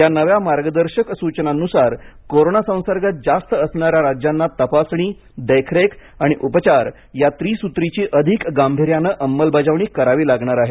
या नव्या मार्गदर्शक सूचनानुसार कोरोना संसर्ग जास्त असणाऱ्या राज्यांना तपासणी देखरेख आणि उपचार या त्रिसूत्रीची अधिक गांभीर्यानं अंमलबजावणी करावी लागणार आहे